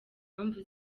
impamvu